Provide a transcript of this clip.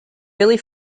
really